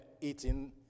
eating